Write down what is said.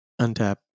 untap